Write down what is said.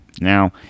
now